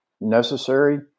necessary